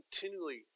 continually